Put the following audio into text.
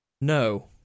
No